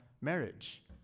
marriage